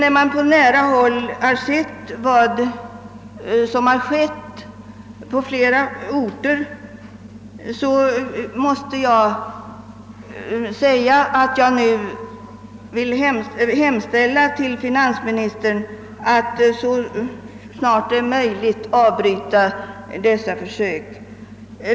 Efter att på nära håll ha sett vad som har skett på flera orter vill jag hemställa till finansministern att så snart det är möjligt avbryta dessa försök.